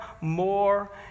more